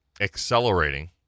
accelerating